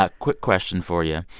ah quick question for you.